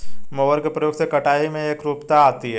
mower के प्रयोग से कटाई में एकरूपता आती है